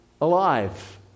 alive